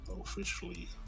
officially